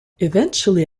eventually